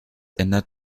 ändert